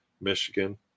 Michigan